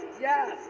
Yes